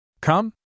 Come